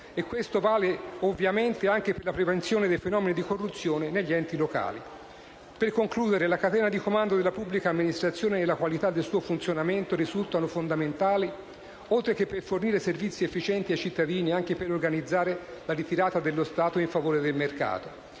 questo vale, ovviamente, anche per la prevenzione dei fenomeni di corruzione negli enti locali. Per concludere, la catena di comando della pubblica amministrazione e la qualità del suo funzionamento risultano fondamentali, oltre che per fornire servizi efficienti ai cittadini, anche per organizzare la ritirata dello Stato in favore del mercato.